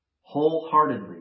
Wholeheartedly